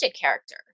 character